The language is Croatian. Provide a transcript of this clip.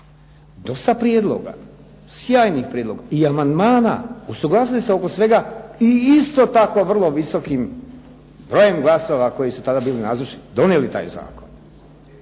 dosta prijedloga, sjajnih prijedloga i amandmana, usuglasili se oko svega i isto tako vrlo visokim brojem glasova koji su tada bili nazočni donijeli taj zakon.